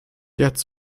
jetzt